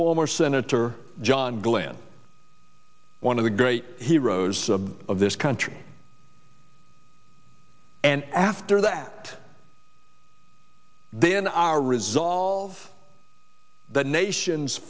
former senator john glenn one of the great heroes of this country and after that then our resolve the nation